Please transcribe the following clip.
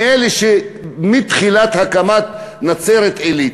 מאלה שהם מתחילת הקמת נצרת-עילית.